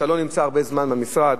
אתה לא נמצא הרבה זמן במשרד.